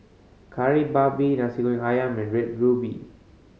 Kari Babi Nasi Goreng Ayam and Red Ruby